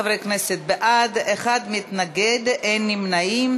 חבר הכנסת אברהם נגוסה מבקש להצטרף כתומך.